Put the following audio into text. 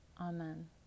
Amen